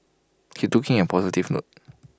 he took IT in A positive note